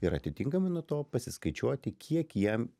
ir atitinkamai nuo to pasiskaičiuoti kiek jam